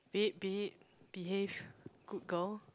babe babe behave good girl